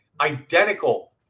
identical